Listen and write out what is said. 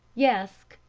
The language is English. yesk,